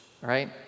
right